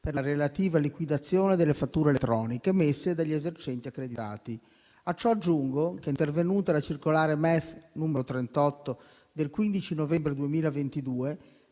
per la relativa liquidazione delle fatture elettroniche emesse dagli esercenti accreditati. A ciò aggiungo che è intervenuta la circolare del Ministero dell'economia e